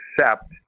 accept